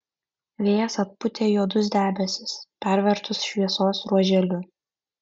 vėjas atpūtė juodus debesis pervertus šviesos ruoželiu